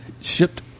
shipped